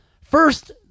First